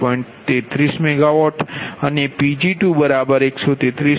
33 MW અને Pg2 133